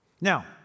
Now